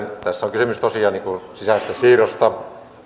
tässä on kysymys tosiaan sisäisestä siirrosta